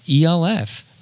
ELF